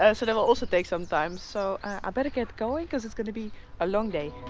ah so that will also take some time, so i better get going, cause it's going to be a long day